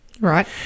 Right